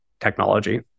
technology